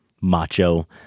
macho